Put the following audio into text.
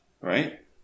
Right